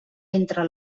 estre